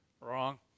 Wrong